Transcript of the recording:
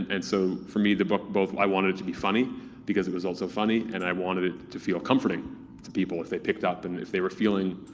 and so for me, the book both, i wanted to be funny because it was also funny, and i wanted it to feel comforting to people if they picked up, and if they were feeling